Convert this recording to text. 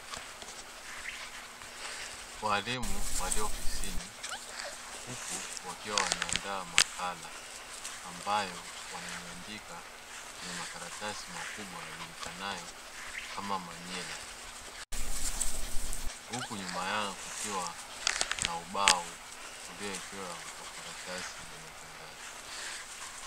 Walimu wa ofisini huku wakiwa wanaandaa makala ambayo wanaiandika kwenye makaratasi makubwa yajulikanayo kama manila. Huku nyuma yao kukiwa na ubao uliowekewa makaratasi ya matangazo.